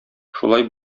шулай